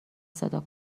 صدا